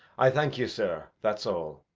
i thank you sir. that's all.